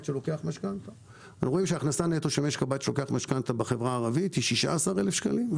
שלוקח משכנתה בחברה הערבית היא 16,000 שקלים,